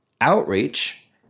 outreach